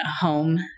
home